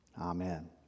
Amen